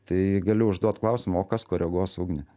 tai galiu užduot klausimą o kas koreguos ugnį